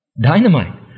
dynamite